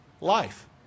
life